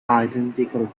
identical